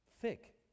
Thick